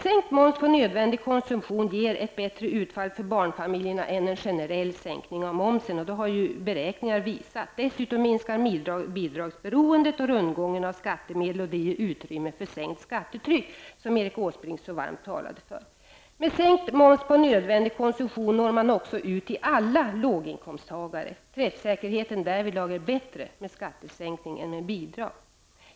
Sänkt moms på nödvändig konsumtion ger dock ett bättre utfall för barnfamiljerna än en generell sänkning av momsen. Det har beräkningar visat. Dessutom minskar bidragsberoendet och rundgången av skattemedel. Det ger utrymme för sänkt skattetryck, som Erik Åsbrink så varmt talat för. Med sänkt moms på nödvändig konsumtion når man också ut till alla låginkomsttagare. Träffsäkerheten därvidlag är bättre med skattesänkning än med bidrag.